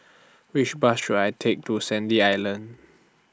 Which Bus should I Take to Sandy Island